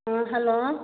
ꯑ ꯍꯜꯂꯣ